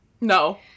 No